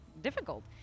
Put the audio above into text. difficult